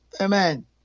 Amen